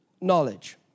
knowledge